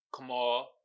Kamal